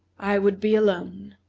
i would be alone.